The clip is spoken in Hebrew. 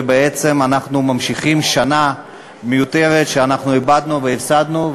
ובעצם אנחנו ממשיכים אחרי שנה מיותרת שאיבדנו והפסדנו,